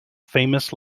famous